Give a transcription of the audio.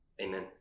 Amen